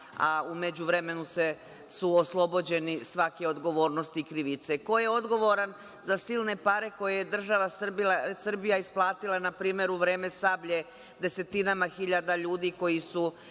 a u međuvremenu su oslobođeni svake odgovornosti i krivice? Ko je odgovoran za silne pare koja je država Srbija isplatila, na primer, u vreme „Sablje“ desetinama hiljada ljudi koji su